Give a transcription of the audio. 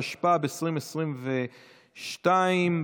התשפ"ב 2022,